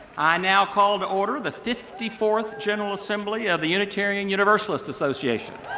i now call to order the fifty fourth general assembly of the unitarian universalist association.